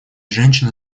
женщины